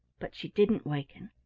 but she didn't waken.